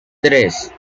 tres